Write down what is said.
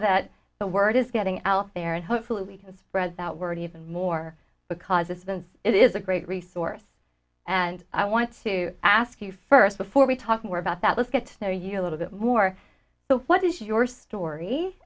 that the word is getting out there and hopefully we can spread that word even more because it's been it is a great resource and i want to ask you first before we talk more about that let's get to know you a little bit more but what is your story